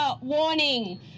warning